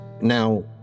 now